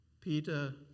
Peter